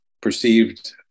perceived